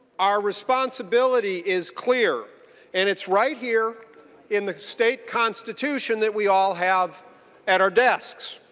our responsibility is clear and it's right here in the state constitution that we all have at our desks.